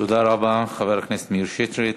תודה רבה, חבר הכנסת מאיר שטרית.